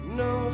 no